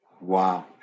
Wow